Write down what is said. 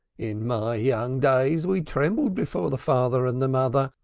in my young days we trembled before the father and the mother,